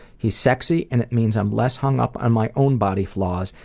he's sexy, and it means i'm less hung up on my own body flaws,